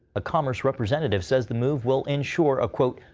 a commerce representative says the move will ensure a, quote,